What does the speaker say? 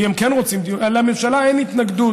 ואם הם כן רוצים דיון, לממשלה אין התנגדות.